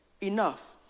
enough